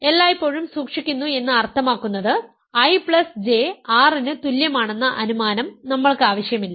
എല്ലായ്പ്പോഴും സൂക്ഷിക്കുന്നു എന്ന് അർത്ഥമാക്കുന്നത് IJ R ന് തുല്യമാണെന്ന അനുമാനം നമ്മൾക്ക് ആവശ്യമില്ല